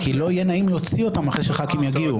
כי לא יהיה נעים להוציא אותם אחרי שח"כים יגיעו.